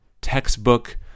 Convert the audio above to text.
textbook